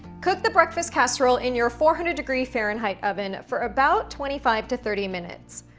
cook the breakfast casserole in your four hundred degree fahrenheit oven for about twenty five to thirty minutes.